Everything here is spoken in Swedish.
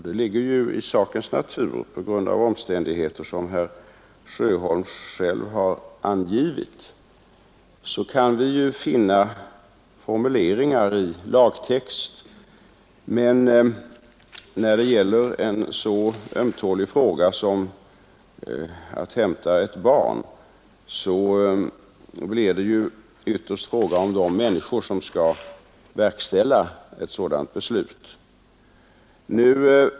Det ligger också i sakens natur — på grund av de omständigheter som herr Sjöholm här angivit — att vi kan finna riktiga formuleringar i lagtexten, men när det gäller en så ömtålig fråga som hämtning av ett barn blir det hela ytterst beroende på de människor som skall verkställa beslutet.